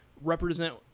represent